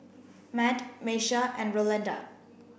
Matt Miesha and Rolanda